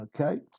Okay